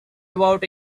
about